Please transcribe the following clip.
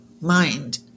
mind